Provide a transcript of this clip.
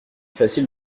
facile